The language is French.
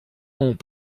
ont